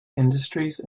industries